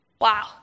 Wow